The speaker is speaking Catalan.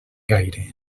gaire